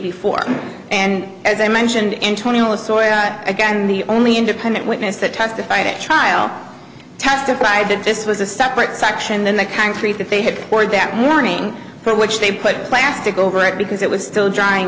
before and as i mentioned in twenty one the sawyer again the only independent witness that testified at trial testified that this was a separate section than the concrete that they had poured that morning for which they put plastic over it because it was still drying